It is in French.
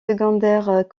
secondaires